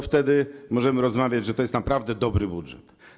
Wtedy możemy rozmawiać o tym, że to jest naprawdę dobry budżet.